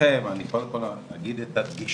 ברשותכם אני קודם כל אגיד את הדגשים.